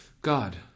God